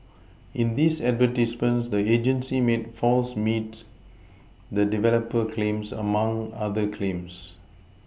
in these advertisements the agency made false meets the developer claims among other claims